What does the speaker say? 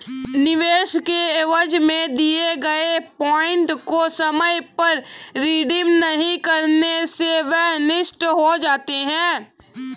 निवेश के एवज में दिए गए पॉइंट को समय पर रिडीम नहीं करने से वह नष्ट हो जाता है